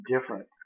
different